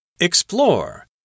Explore